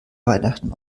weihnachten